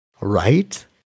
right